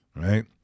right